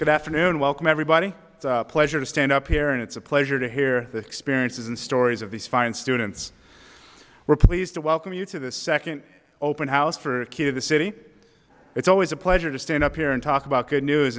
good afternoon welcome everybody pleasure to stand up here and it's a pleasure to hear the experiences and stories of these fine students we're pleased to welcome you to this second open house for a key to the city it's always a pleasure to stand up here and talk about good news